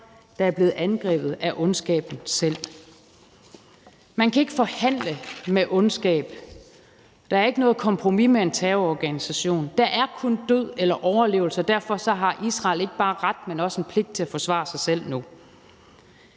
der er blevet angrebet af ondskaben selv. Man kan ikke forhandle med ondskab. Der er ikke noget kompromis med en terrororganisation. Der er kun død eller overlevelse, og derfor har Israel ikke bare ret, men også en pligt til at forsvare sig selv nu.